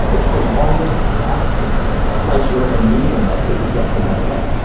it's the longest lasting pleasure and meaning in life that you get from that event.